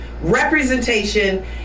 Representation